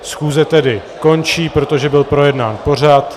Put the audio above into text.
Schůze tedy končí, protože byl projednán pořad.